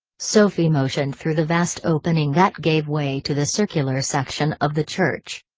sophie motioned through the vast opening that gave way to the circular section of the church.